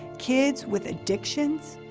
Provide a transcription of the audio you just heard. kids with addictions.